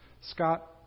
Scott